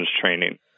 training